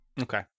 Okay